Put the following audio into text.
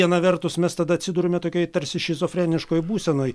viena vertus mes tada atsiduriame tokioje tarsi šizofreniškoj būsenoj